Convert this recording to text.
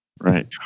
Right